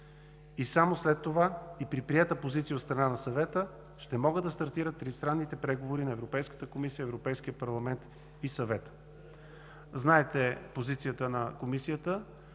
и едва след това, и с приета позиция от страна на Съвета, ще могат да стартират тристранните преговори на Европейската комисия, Европейския парламент и Съвета. Знаете позицията на Комисията,